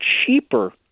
cheaper